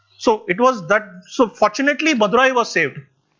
so it was that, so fortunately madurai was saved,